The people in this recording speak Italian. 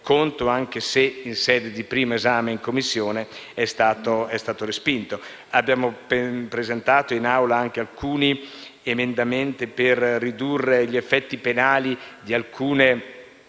anche se in sede di primo esame in Commissione è stato respinto. Abbiamo presentato in Aula anche alcuni emendamenti per ridurre gli effetti penali di alcuni